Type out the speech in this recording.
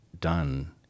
done